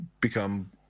become